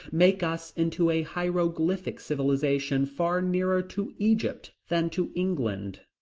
make us into a hieroglyphic civilization far nearer to egypt than to england.